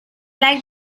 like